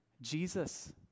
Jesus